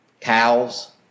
Cows